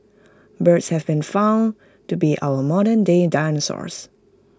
birds have been found to be our modernday dinosaurs